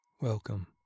Welcome